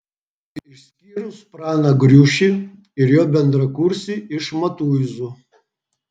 išskyrus praną griušį ir jo bendrakursį iš matuizų